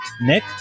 nick